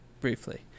Briefly